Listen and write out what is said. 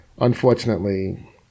unfortunately